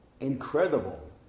incredible